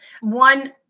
One